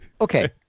Okay